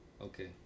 Okay